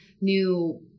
new